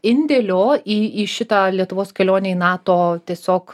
indėlio į į šitą lietuvos kelionę į nato tiesiog